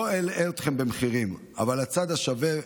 לא אלאה אתכם במחירים, אבל הצד השווה הוא